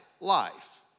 life